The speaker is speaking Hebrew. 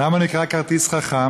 למה הוא נקרא כרטיס חכם?